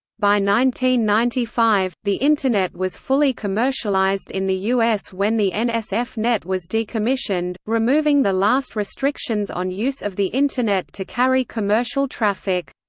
ninety ninety five, the internet was fully commercialized in the u s. when the nsfnet was decommissioned, removing the last restrictions on use of the internet to carry commercial traffic.